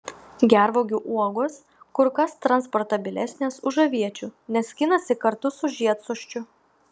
gervuogių uogos kur kas transportabilesnės už aviečių nes skinasi kartu su žiedsosčiu